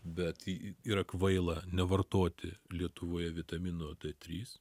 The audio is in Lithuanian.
bet yra kvaila nevartoti lietuvoje vitamino d trys